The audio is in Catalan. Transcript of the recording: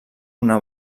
una